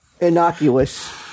innocuous